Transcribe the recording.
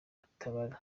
atabara